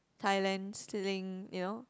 Thailand's Sling you know